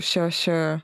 šia šia